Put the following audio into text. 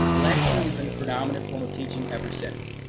lecturing has been the predominant form of teaching ever since.